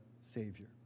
Savior